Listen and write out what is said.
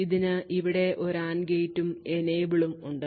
ഇതിന് ഇവിടെ ഒരു AND ഗേറ്റും Enable ഉം ഉണ്ട്